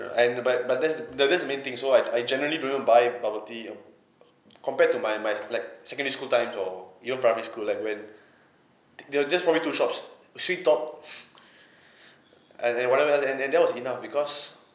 and but but that's they're just the main thing so I I generally don't even buy bubble tea compared to my my like secondary school times or you know primary school like when there were just probably two shops sweettalk and and whatever and and that was enough because